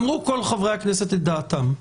אמרו כל חברי הכנסת את דעתם.